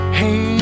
hey